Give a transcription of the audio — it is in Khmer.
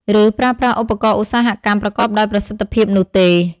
ឬប្រើប្រាស់ឧបករណ៍ឧស្សាហកម្មប្រកបដោយប្រសិទ្ធភាពនោះទេ។